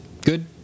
Good